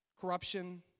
Corruption